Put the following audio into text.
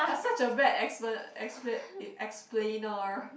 I'm such a bad explai~ explain explainer